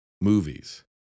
movies